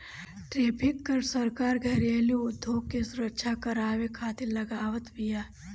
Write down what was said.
tariff कर सरकार घरेलू उद्योग के सुरक्षा करवावे खातिर लगावत बिया